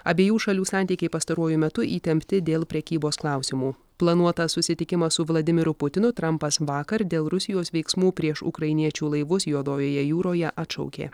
abiejų šalių santykiai pastaruoju metu įtempti dėl prekybos klausimų planuotą susitikimą su vladimiru putinu trampas vakar dėl rusijos veiksmų prieš ukrainiečių laivus juodojoje jūroje atšaukė